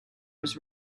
was